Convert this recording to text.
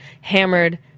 hammered